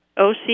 OC